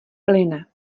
plyne